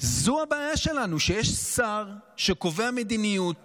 שיש שר שקובע מדיניות